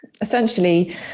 Essentially